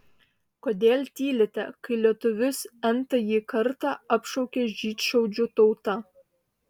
kodėl tylite kai lietuvius n tąjį kartą apšaukia žydšaudžių tauta